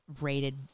rated